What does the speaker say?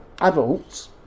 adults